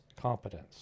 competence